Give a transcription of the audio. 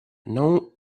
now